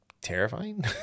terrifying